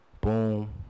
Boom